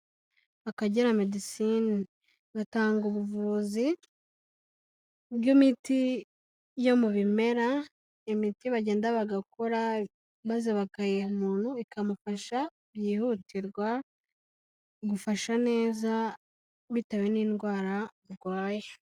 Akagera medisine gatanga ubuvuzi bw'imiti yo mu bimera, imiti bagenda bagakora maze bakayiha umuntu ikamufasha byihutirwa, agufasha neza bitewe n'indwara urwaye.